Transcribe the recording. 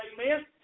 Amen